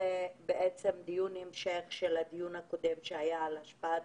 זה דיון המשך של הדיון הקודם שהיה על השפעת